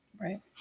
Right